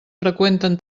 freqüenten